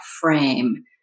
frame